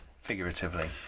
figuratively